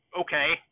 Okay